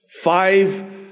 Five